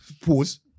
Pause